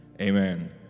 Amen